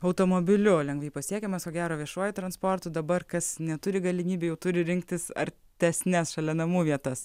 automobiliu lengvai pasiekiamas ko gero viešuoju transportu dabar kas neturi galimybių jau turi rinktis artesnes šalia namų vietas